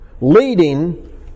leading